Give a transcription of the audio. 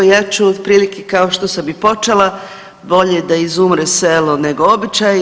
Ja ću otprilike kao što sam i počela, bolje da izumre selo nego običaji.